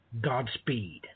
Godspeed